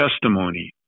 testimony